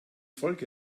folge